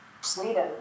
Sweden